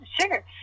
Sure